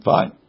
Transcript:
Fine